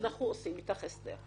שאנחנו עושים אתך הסדר.